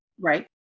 Right